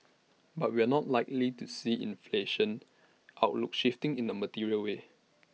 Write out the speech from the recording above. but we're not likely to see inflation outlook shifting in A material way